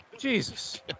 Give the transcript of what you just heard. Jesus